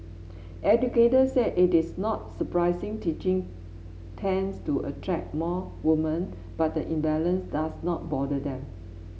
educators said it is not surprising teaching tends to attract more women but the imbalance does not bother them